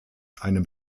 einem